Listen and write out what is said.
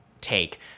take